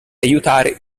aiutare